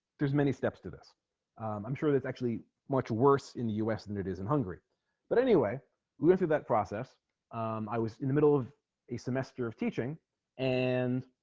there's many steps to this i'm sure that's actually much worse in the u s. than it is in hungry but anyway looking through that process i was in the middle of a semester of teaching and